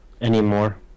Anymore